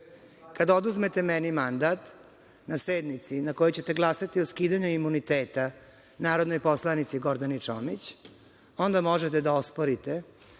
Kada oduzmete meni mandat na sednici na kojoj ćete glasati o skidanju imuniteta narodnoj poslanici Gordani Čomić, onda možete da osporite